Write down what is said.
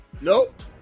Nope